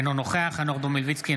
אינו נוכח חנוך דב מלביצקי,